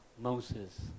Moses